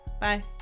Bye